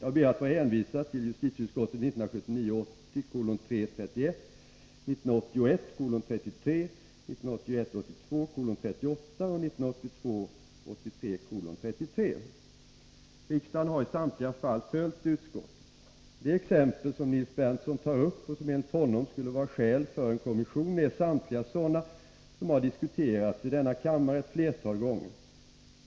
Jag ber att få hänvisa till justitieutskottets betänkanden 1979 81:33, 1981 83:33. Riksdagen har i samtliga fall följt utskottet. De exempel som Nils Berndtson tar upp och som enligt honom skulle vara skäl för en kommission är samtliga sådana som har diskuterats i denna kammare ett flertal gånger.